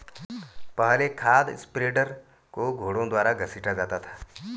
पहले खाद स्प्रेडर को घोड़ों द्वारा घसीटा जाता था